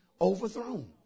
overthrown